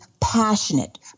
passionate